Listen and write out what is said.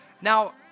now